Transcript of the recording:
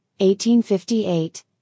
1858